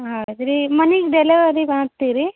ಹೌದು ರೀ ಮನೆಗೆ ಡೆಲೆವರಿ ಮಾಡ್ತೀರಿ